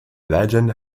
legend